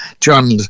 John